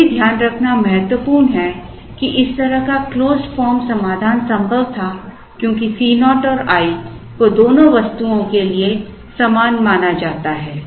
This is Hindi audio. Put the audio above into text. यह भी ध्यान रखना महत्वपूर्ण है कि इस तरह का एक closed form समाधान संभव था क्योंकि Co और i Refer Slide Time 0054 को दोनों वस्तुओं के लिए समान माना जाता है